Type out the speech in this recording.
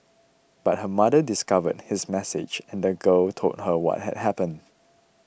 but her mother discovered his message and the girl told her what had happened